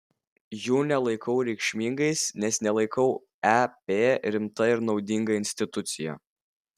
jų nelaikau reikšmingais nes nelaikau ep rimta ir naudinga institucija